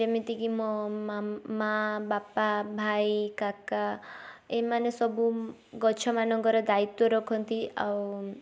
ଯେମିତିକି ମୋ ମାଆ ବାପା ଭାଇ କାକା ଏଇମାନେ ସବୁ ଗଛମାନଙ୍କର ଦାୟିତ୍ୱ ରଖନ୍ତି ଆଉ